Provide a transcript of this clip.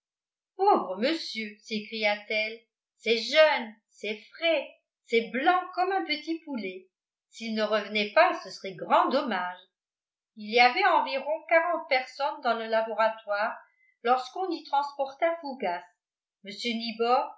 pauvre monsieur s'écria-t-elle c'est jeune c'est frais c'est blanc comme un petit poulet s'il ne revenait pas ce serait grand dommage il y avait environ quarante personnes dans le laboratoire lorsqu'on y transporta fougas mr nibor